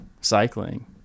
cycling